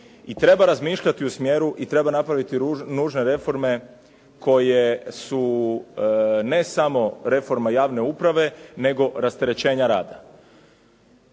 I treba razmišljati u smjeru i treba napraviti nužne reforme koje su ne samo reforme javne uprave, nego rasterećenja rada.